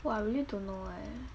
!wah! I really don't know eh